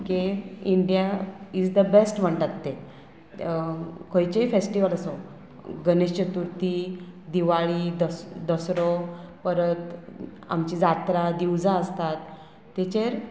K India is the best म्हणटात ते खंयचेय फेस्टीवल आसूं गणेश चतुर्थी दिवाळी दस दसरो परत आमची जात्रा दिवजां आसतात तेचेर